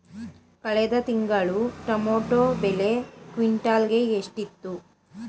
ಕಳೆದ ತಿಂಗಳು ಟೊಮ್ಯಾಟೋ ಬೆಲೆ ಕ್ವಿಂಟಾಲ್ ಗೆ ಎಷ್ಟಿತ್ತು?